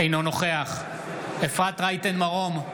אינו נוכח אפרת רייטן מרום,